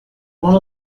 one